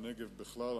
אזור הנגב המערבי,